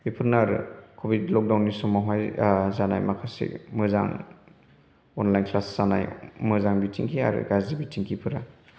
बिफोरनो आरो कभिद लकदाउननि समावहाय ओ जानाय माखासे मोजां अनलाइन क्लास जानाय मोजां बिथिंखि आरो गाज्रि बिथिंखिफोरा